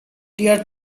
dear